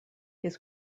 his